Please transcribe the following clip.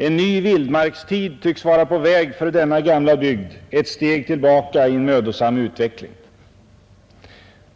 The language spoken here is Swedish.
.. En ny vildmarkstid tycks vara på väg för denna gamla bygd, ett steg tillbaka i en mödosam utveckling.”